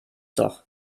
doch